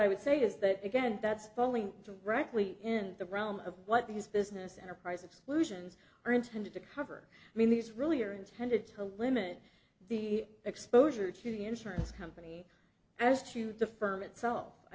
i would say is that again that's falling directly in the realm of what these business enterprise exclusions are intended to cover i mean these really are intended to limit the exposure to the insurance company as to the firm itself i